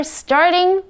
starting